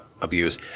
abuse